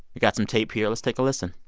we've got some tape here. let's take a listen